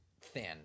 thin